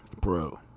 Bro